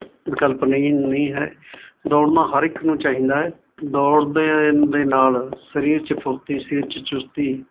ਵਿਕਲਪ ਨੀ ਨਹੀਂ ਹੈ ਦੌੜਨਾ ਹਰ ਇੱਕ ਨੂੰ ਚਾਹੀਦਾ ਹੈ ਦੌੜਦੇ ਦੇ ਨਾਲ ਸਰੀਰ ਚ ਫੁਰਤੀ ਸਰੀਰ ਚ ਚੁਸਤੀ